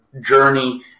journey